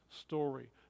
story